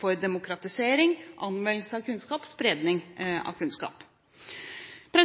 for demokratisering, anvendelse og spredning av kunnskap. Det